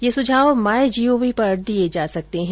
ये सुझाव माईजीओवी पर दिये जा सकते है